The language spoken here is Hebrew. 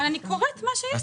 אבל אני קוראת מה שיש פה.